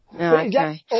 Okay